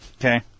Okay